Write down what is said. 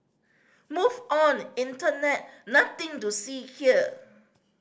move on internet nothing to see here